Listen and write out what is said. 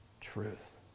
truth